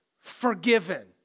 forgiven